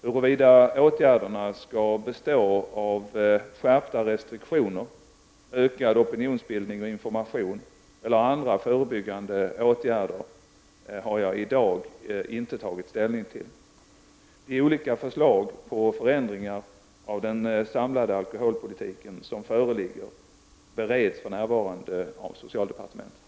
Huruvida åtgärderna skall bestå av skärpta restriktioner, ökad opinionsbildning och information eller andra förebyggande åtgärder har jag i dag inte tagit ställning till. De olika förslag på förändringar av den samlade alkoholpolitiken som föreligger bereds för närvarande av socialdepartementet.